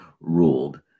ruled